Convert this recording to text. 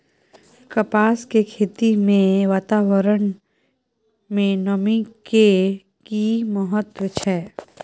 कपास के खेती मे वातावरण में नमी के की महत्व छै?